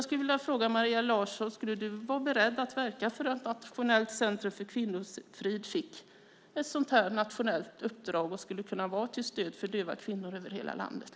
Skulle Maria Larsson vara beredd att verka för att Nationellt centrum för kvinnofrid fick ett nationellt uppdrag och skulle kunna vara till stöd för döva kvinnor över hela landet?